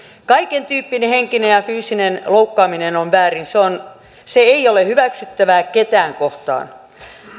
kaikentyyppinen henkinen ja fyysinen loukkaaminen on väärin se ei ole hyväksyttävää ketään kohtaan